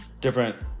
different